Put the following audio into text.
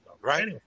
Right